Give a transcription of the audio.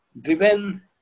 Driven